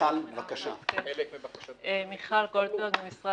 אני ממשרד הבריאות.